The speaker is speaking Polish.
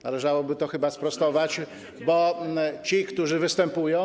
Należałoby to chyba sprostować, bo ci, którzy występują.